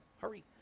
Hurry